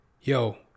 yo